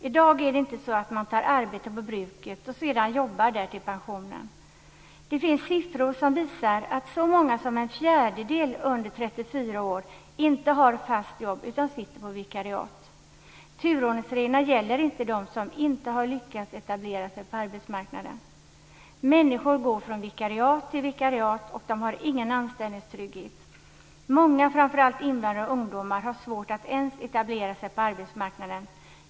I dag är det inte så att man tar arbete på bruket och sedan jobbar där till pensionen. Det finns siffror som visar att så många som en fjärdedel av de under 34 år inte har fast jobb utan sitter på vikariat. Turordningsreglerna gäller inte dem som inte har lyckats etablera sig på arbetsmarknaden. Människor går från vikariat till vikariat, och de har ingen anställningstrygghet. Många, framför allt invandrare och ungdomar, har svårt att ens etablera sig på arbetsmarknaden.